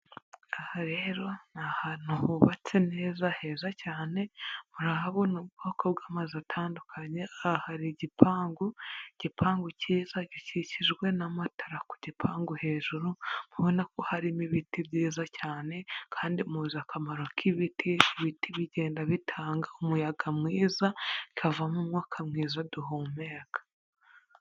Aha rero ni ahantu hubatse neza, heza cyane, murahabona ubwoko bw'amazu atandukanye, ahari igipangu, igipangu cyiza gikikijwe n'amatara ku gipangu hejuru, murabona ko harimo ibiti byiza cyane, kandi muzi akamaro k'ibiti; ibiti bigenda bitanga umuyaga mwiza, bikavamo umwuka mwiza duhumeka.